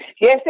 Yes